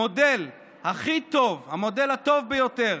המודל הכי טוב, המודל הטוב ביותר